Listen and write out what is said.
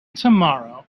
tomorrow